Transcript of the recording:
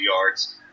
yards